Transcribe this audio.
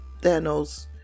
Thanos